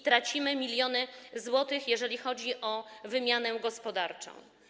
Tracimy miliony złotych, jeżeli chodzi o wymianę gospodarczą.